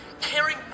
Caring